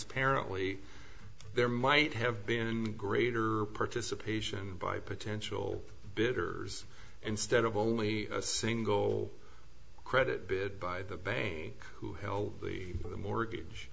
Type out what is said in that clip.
sparently there might have been greater participation by potential bidders instead of only a single credit bit by the bank who held the mortgage